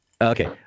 Okay